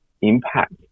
impact